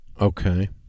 Okay